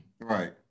Right